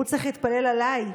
הוא צריך להתפלל עליי,